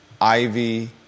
Ivy